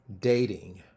dating